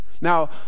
Now